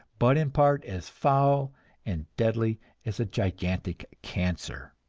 but in part as foul and deadly as a gigantic cancer.